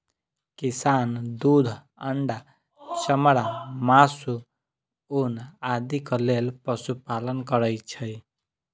किसान दूध, अंडा, चमड़ा, मासु, ऊन आदिक लेल पशुपालन करै छै